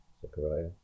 Zechariah